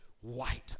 white